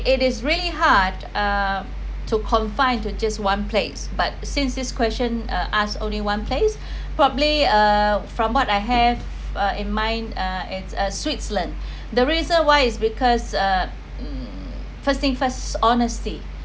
it is really hard um to confined to just one place but since this question uh ask only one place probably uh from what I have uh in mind uh it's uh switzerland the reason why is because uh first thing first honesty